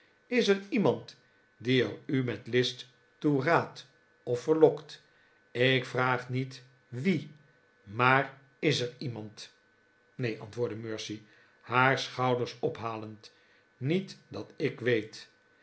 is er iemand die er u met list toe raadt of verlokt ik vraag niet wie maar is er iemand neen antwoordde mercy haar schouders ophalend niet dat ik weet